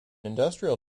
industrial